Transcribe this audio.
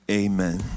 amen